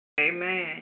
Amen